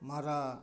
ᱢᱟᱨᱟᱜ